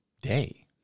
day